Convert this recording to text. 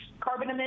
carbon